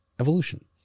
evolution